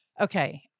Okay